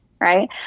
Right